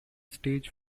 stage